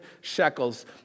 shekels